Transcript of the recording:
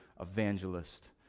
evangelist